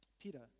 Peter